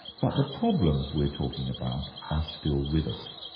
but the problems we're talking about are still with us.